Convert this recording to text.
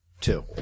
two